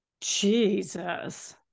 Jesus